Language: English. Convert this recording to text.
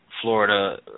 Florida